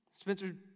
Spencer